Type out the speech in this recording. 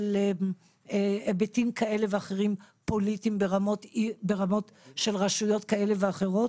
של היבטים כאלה ואחרים פוליטיים ברמות של רשויות כאלה ואחרות,